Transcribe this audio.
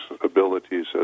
abilities